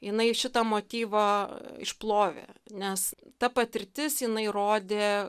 jinai šitą motyvą išplovė nes ta patirtis jinai rodė